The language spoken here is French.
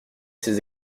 ses